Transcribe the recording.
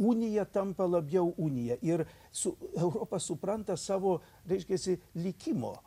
unija tampa labiau unija ir su europa supranta savo reiškiasi likimo